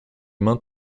mains